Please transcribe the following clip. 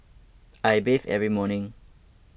I bathe every morning